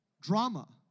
drama